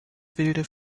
wilde